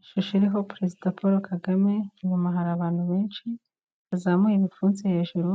Ishusho iriho perezida Paul Kagame, inyuma hari abantu benshi, bazamuye ibipfunsi hejuru,